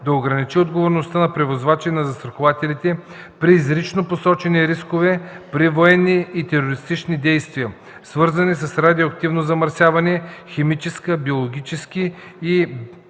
да ограничи отговорността на превозвача и на застрахователите при изрично посочени рискове – при военни и терористични действия, свързани с радиоактивно замърсяване, химически, биологически,